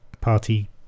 party